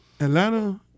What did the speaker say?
Atlanta